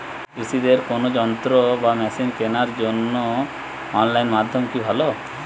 কৃষিদের কোন যন্ত্র বা মেশিন কেনার জন্য অনলাইন মাধ্যম কি ভালো?